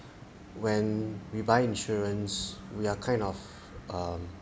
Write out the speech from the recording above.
when we buy insurance we are kind of um